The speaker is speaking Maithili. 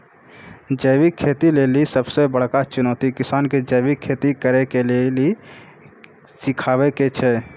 जैविक खेती लेली सबसे बड़का चुनौती किसानो के जैविक खेती करे के लेली सिखाबै के छै